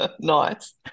nice